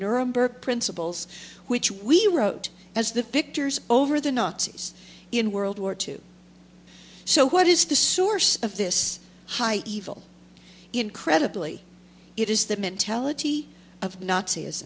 nuremberg principles which we wrote as the victors over the nazis in world war two so what is the source of this high evil incredibly it is the mentality of nazi